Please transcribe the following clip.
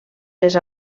les